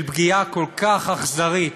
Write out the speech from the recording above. של פגיעה כל כך אכזרית